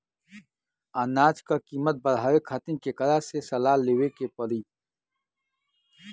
अनाज क कीमत बढ़ावे खातिर केकरा से सलाह लेवे के पड़ी?